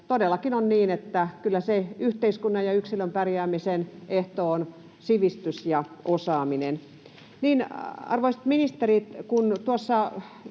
Todellakin on niin, että kyllä yhteiskunnan ja yksilön pärjäämisen ehtoja ovat sivistys ja osaaminen. Arvoisat ministerit, kun käytin